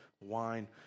wine